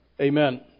Amen